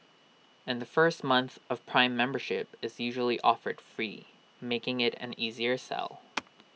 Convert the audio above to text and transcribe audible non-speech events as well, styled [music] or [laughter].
and the first month of prime membership is usually offered free making IT an easier sell [noise]